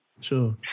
Sure